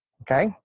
okay